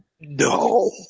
No